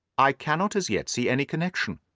i cannot as yet see any connection.